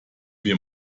wir